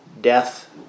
death